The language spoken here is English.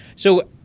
so,